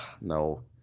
No